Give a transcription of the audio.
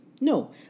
no